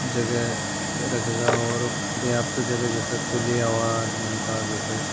जगह रखेगा और पर्याप्त जगह जैसे खुली हवा जैसे